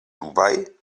dubai